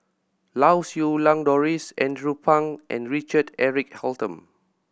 Lau Siew Lang Doris Andrew Phang and Richard Eric Holttum